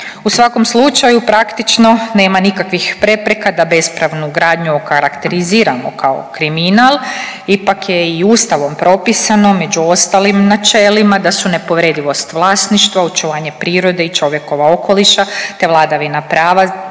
U svakom slučaju praktično nema nikakvih prepreka da bespravnu gradnju okarakteriziramo kao kriminal. Ipak je i u Ustavom propisano među ostalim načelima da su nepovredivost vlasništva, očuvanje prirode i čovjekova okoliša, te vladavina prava